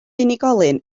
unigolyn